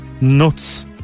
nuts